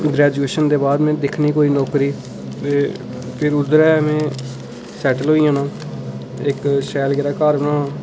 हून ग्रैजूएशन दे बाद में दिक्खनी कोई नौकरी ते फ्ही उद्धरूं में सैट्टल होई जाना ते इक शैल गेदा घर बनाना